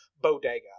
bodega